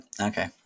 Okay